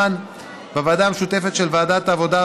בוועדה המשותפת של ועדת העבודה,